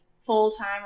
full-time